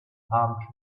palm